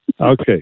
Okay